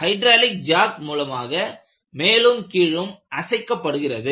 அவை hydraulic jack மூலமாக மேலும் கீழும் அசைக்கப்படுகிறது